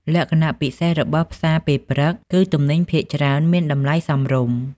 លក្ខណៈពិសេសរបស់ផ្សារពេលព្រឹក គឺទំនិញភាគច្រើនមានតម្លៃសមរម្យ។